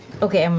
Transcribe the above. okay, um